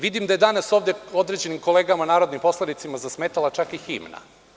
Vidim da je danas ovde određenim kolegama narodnim poslanicima zasmetala čak i himna.